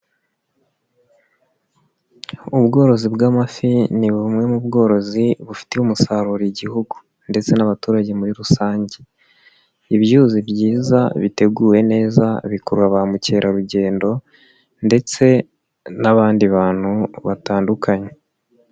Ubworozi bw'amafi ni bumwe mu bworozi bufitiye umusaruro igihugu ndetse n'abaturage muri rusange. Ibyuzi byiza biteguwe neza bikurura ba mukerarugendo ndetse n'abandi bantu batandukanye.